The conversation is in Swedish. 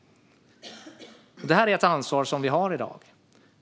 Detta är ett ansvar som vi har i dag.